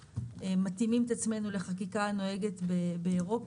אנחנו מתאימים את עצמנו לחקיקה הנוהגת באירופה,